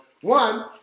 One